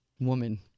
Woman